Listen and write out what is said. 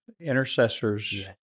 intercessors